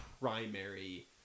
primary